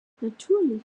natürlich